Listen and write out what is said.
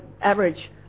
average